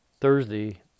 Thursday